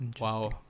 Wow